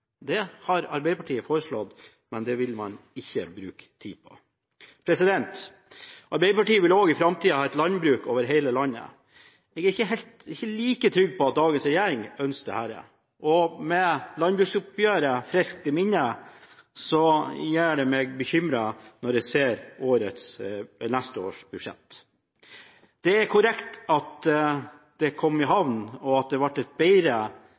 Det har Arbeiderpartiet foreslått, men det vil man ikke bruke tid på. Arbeiderpartiet vil også i framtida ha et landbruk over hele landet. Jeg er ikke like trygg på at dagens regjering ønsker dette. Med landbruksoppgjøret friskt i minne gjør det meg bekymret når jeg ser neste års budsjett. Det er korrekt at det kom i havn, og at det ble et bedre